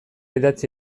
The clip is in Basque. idatzi